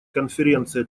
конференция